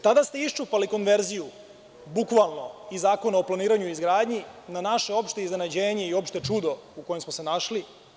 Tada ste bukvalno iščupali konverziju iz Zakona o planiranju i izgradnji, na naše opšte iznenađenje i opšte čudo u kojem smo se našli.